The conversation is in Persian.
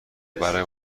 برای